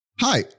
hi